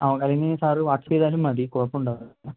ആ അല്ലെങ്കിൽ sir WhatsApp ചെയ്താലും മതി കുഴപ്പം ഉണ്ടാവില്ല